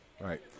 right